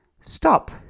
Stop